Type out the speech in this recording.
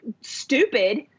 stupid